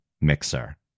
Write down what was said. mixer